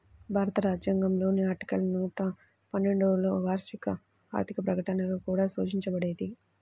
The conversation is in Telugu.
భారత రాజ్యాంగంలోని ఆర్టికల్ నూట పన్నెండులోవార్షిక ఆర్థిక ప్రకటనగా కూడా సూచించబడేది